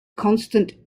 constant